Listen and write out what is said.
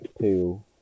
two